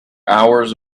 hours